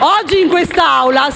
oggi, in quest'Aula,